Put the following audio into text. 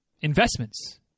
investments